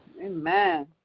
Amen